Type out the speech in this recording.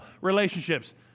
relationships